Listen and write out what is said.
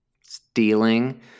stealing